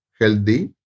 healthy